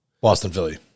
Boston-Philly